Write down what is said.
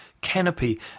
Canopy